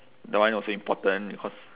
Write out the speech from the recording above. that one also important because